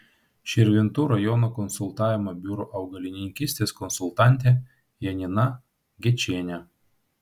širvintų rajono konsultavimo biuro augalininkystės konsultantė janina gečienė